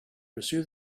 pursue